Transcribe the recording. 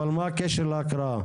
אבל מה הקשר להקראה?